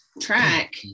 track